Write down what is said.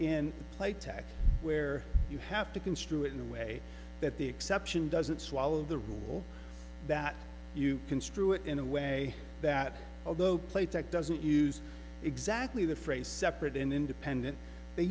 in play tac where you have to construe it in a way that the exception doesn't swallow the rule that you construe it in a way that although plate tech doesn't use exactly the phrase separate and independent they